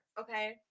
Okay